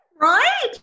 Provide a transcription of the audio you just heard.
Right